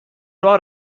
راه